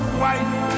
white